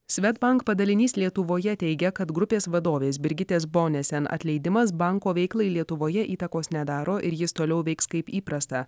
svedbank padalinys lietuvoje teigia kad grupės vadovės brigitės bonesen atleidimas banko veiklai lietuvoje įtakos nedaro ir jis toliau veiks kaip įprasta